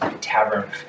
tavern